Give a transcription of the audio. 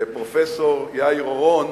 פרופסור יאיר אורון,